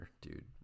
dude